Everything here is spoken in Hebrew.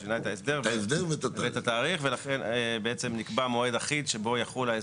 את ההסדר ואת התאריך ולכן בעצם נקבע מועד אחיד שבו יחול המועד של